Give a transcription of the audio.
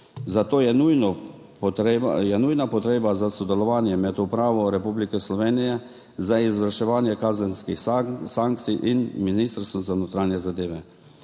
zato je nujno potrebno sodelovanje med Upravo Republike Slovenije za izvrševanje kazenskih sankcij in Ministrstvom za notranje zadeve,